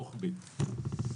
מעולה.